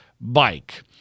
bike